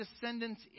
descendants